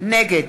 נגד